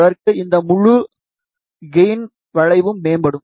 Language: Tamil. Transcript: அதற்கு இந்த முழு கெயின் வளைவும் மேம்படும்